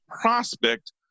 prospect